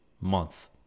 month